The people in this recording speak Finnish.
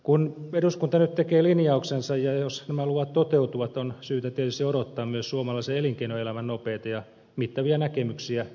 kun eduskunta nyt tekee linjauksensa ja jos nämä luvat toteutuvat on syytä tietysti odottaa myös suomalaisen elinkeinoelämän nopeita ja mittavia näkemyksiä investointipäätöksistä suomeen